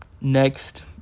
next